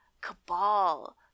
cabal